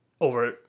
over